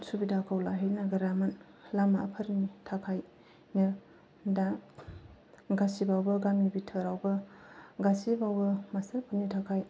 सुबिदाखौ लाहै नागेरामोन लामाफोरनि थाखायनो दा गासैआवबो गामि बिथोरावबो गासैबावो मास्टार फोरनि थाखाय